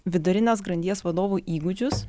vidurinės grandies vadovų įgūdžius